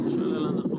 אני שואל על ההנחות.